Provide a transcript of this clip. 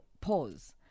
pause